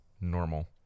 normal